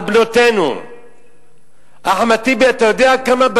התוספת האחרונה לא כל כך טובה.